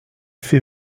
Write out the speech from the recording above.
fait